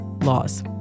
laws